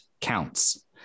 counts